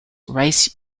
rice